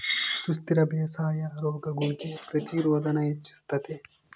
ಸುಸ್ಥಿರ ಬೇಸಾಯಾ ರೋಗಗುಳ್ಗೆ ಪ್ರತಿರೋಧಾನ ಹೆಚ್ಚಿಸ್ತತೆ